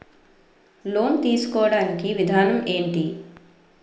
Loan తీసుకోడానికి విధానం ఏంటి?